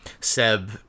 Seb